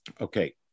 Okay